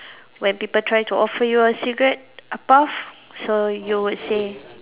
when people try to offer you a cigarette a puff so you would say